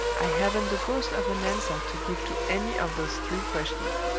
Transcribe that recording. i haven't the ghost of an answer to give to any of those three questions.